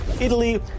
Italy